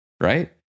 right